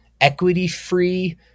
equity-free